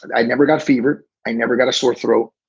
and i never got fever. i never got a sore throat.